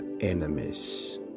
enemies